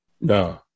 No